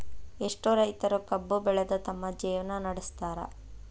ಎಷ್ಟೋ ರೈತರು ಕಬ್ಬು ಬೆಳದ ತಮ್ಮ ಜೇವ್ನಾ ನಡ್ಸತಾರ